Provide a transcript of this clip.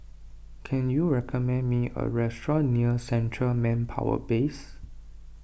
can you recommend me a restaurant near Central Manpower Base